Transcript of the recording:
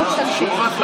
מתחלפים.